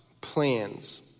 plans